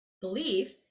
beliefs